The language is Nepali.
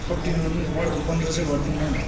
कप्टी नगर्नु न पन्ध्र चाहिँ गरिदिनु न हौ